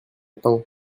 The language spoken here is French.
temps